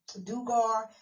Dugar